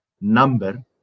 number